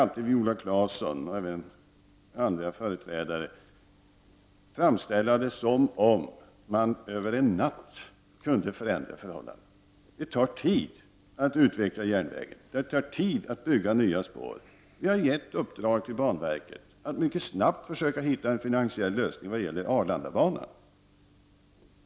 Viola Claesson och andra försöker alltid framställa saken som om man över en natt kunde förändra förhållandena. Det tar tid att utveckla järnvägen, det tar tid att bygga nya spår. Vi har givit i uppdrag åt banverket att mycket snabbt försöka hitta en finansiell lösning vad gäller Arlandabanan.